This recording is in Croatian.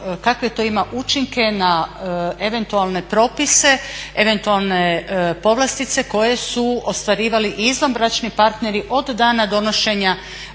kakve to ima učinke na eventualne propise, eventualne povlastice koje su ostvarivali i izvanbračni partneri od dana donošenja